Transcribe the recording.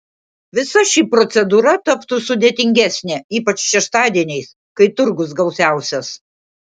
visa ši procedūra taptų sudėtingesnė ypač šeštadieniais kai turgus gausiausias